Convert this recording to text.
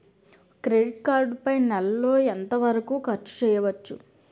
Credit card పై నెల లో ఎంత వరకూ ఖర్చు చేయవచ్చు?